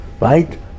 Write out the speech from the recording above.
Right